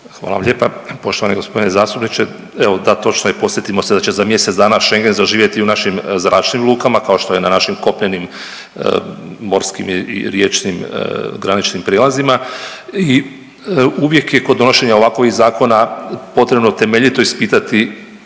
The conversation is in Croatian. Hvala vam lijepa. Poštovani gospodine zastupniče, evo da točno je podsjetimo se da će za mjesec dana Schengen zaživjeti u našim zračnim lukama, kao što je na našim kopnenim, morskim i riječnim graničnim prijelazima i uvijek je kod donošenja ovakvih zakona temeljito ispitati